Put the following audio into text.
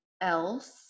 else